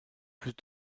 plus